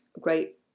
great